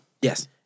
Yes